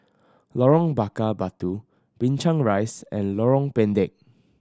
Lorong Bakar Batu Binchang Rise and Lorong Pendek